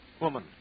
woman